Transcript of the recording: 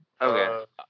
Okay